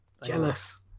Jealous